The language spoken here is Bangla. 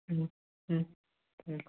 হুম হুম হুম